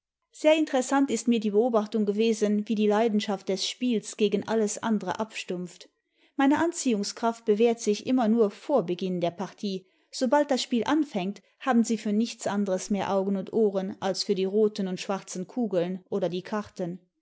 sehr interessant ist mir die beobachtung gewesen wie die leidenschaft des spiels gegen alles andere abstumpft meine anziehungskraft bewährt sich immer nur vor beginn der partie sobald das spiel anfängt haben sie für nichts anderes mehr augen und ohren als für die roten und schwarzen kugeln oder die karten